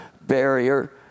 barrier